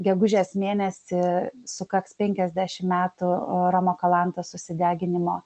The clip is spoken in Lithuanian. gegužės mėnesį sukaks penkiasdešim metų a romo kalantos susideginimo